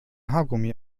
haargummi